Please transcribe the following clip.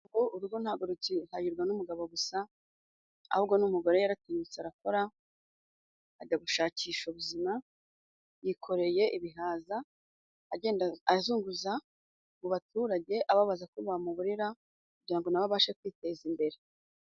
Ubu urugo ntabwo rugihahirwa n'umugabo gusa ahubwo n'umugore yaratinyutse arakora, ajya gushakisha ubuzima yikoreye ibihaza agenda azunguza mu baturage, ababaza ko bamugurira kugira ngo nawe abashe kwiteza imbere.